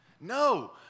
No